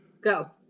Go